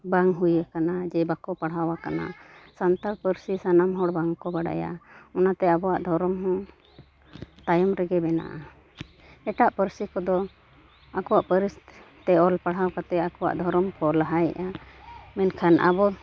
ᱵᱟᱝ ᱦᱩᱭᱟᱠᱟᱱᱟ ᱡᱮ ᱵᱟᱠᱚ ᱯᱟᱲᱦᱟᱣ ᱟᱠᱟᱱᱟ ᱥᱟᱱᱛᱟᱲ ᱯᱟᱹᱨᱥᱤ ᱥᱟᱱᱟᱢ ᱦᱚᱲ ᱵᱟᱝᱠᱚ ᱵᱟᱰᱟᱭᱟ ᱚᱱᱟᱛᱮ ᱟᱵᱚᱣᱟᱜ ᱫᱷᱚᱨᱚᱢ ᱦᱚᱸ ᱛᱟᱭᱚᱢ ᱨᱮᱜᱮ ᱢᱮᱱᱟᱜᱼᱟ ᱮᱴᱟᱜ ᱯᱟᱹᱨᱥᱤ ᱠᱚᱫᱚ ᱟᱠᱚᱣᱟᱜ ᱯᱟᱹᱨᱤᱥ ᱛᱮ ᱚᱞ ᱯᱟᱲᱦᱟᱣ ᱠᱟᱛᱮᱫ ᱟᱠᱚᱣᱟᱜ ᱫᱷᱚᱨᱚᱢ ᱠᱚ ᱞᱟᱦᱟᱭᱮᱜᱼᱟ ᱢᱮᱱᱠᱷᱟᱱ ᱟᱵᱚ